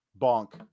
Bonk